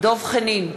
דב חנין,